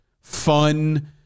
fun